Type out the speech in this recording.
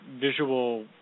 visual